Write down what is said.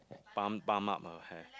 bun bun up her hair